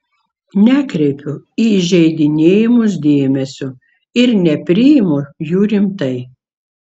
nekreipiu į įžeidinėjimus dėmesio ir nepriimu jų rimtai